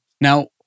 Now